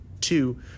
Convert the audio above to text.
Two